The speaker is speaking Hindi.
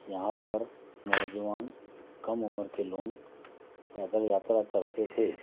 यहाँ पर नौजवान कम उम्र के लोग पैदल यात्रा करते थे